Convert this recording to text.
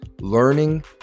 Learning